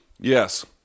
Yes